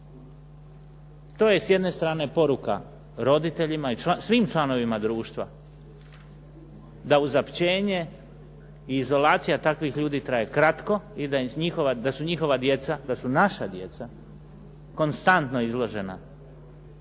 To je s jedne strane poruka roditeljima i svim članovima društva da izopćenje i izolacija takvih ljudi traje kratko i da su njihova djeca, da su naša djeca konstantno izložena